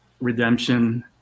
Redemption